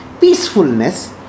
Peacefulness